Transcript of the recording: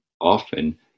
Often